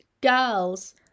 girls